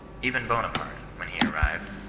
even bonaparte, when he arrived,